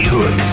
Hood